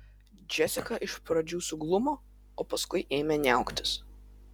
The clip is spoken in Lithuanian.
džesika iš pradžių suglumo o paskui ėmė niauktis